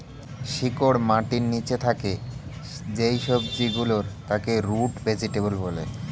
শিকড় মাটির নিচে থাকে যেই সবজি গুলোর তাকে রুট ভেজিটেবল বলে